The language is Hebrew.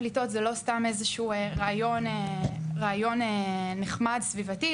פליטות זה לא סתם איזשהו רעיון נחמד סביבתי.